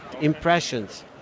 impressions